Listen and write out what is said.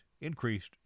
increased